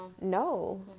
No